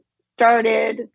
started